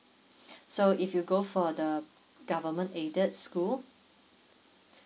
so if you go for the government aided school